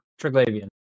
Triglavian